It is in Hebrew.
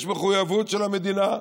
יש מחויבות של המדינה,